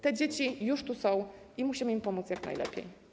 Te dzieci już tu są i musimy im pomóc jak najlepiej.